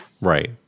Right